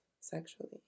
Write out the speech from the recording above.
sexually